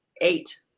eight